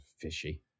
fishy